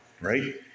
right